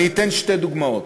אני אתן שתי דוגמאות.